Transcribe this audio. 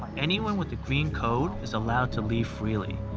anyone with a green code is allowed to leave freely,